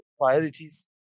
priorities